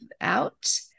out